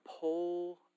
pull